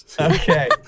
Okay